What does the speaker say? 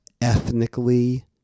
ethnically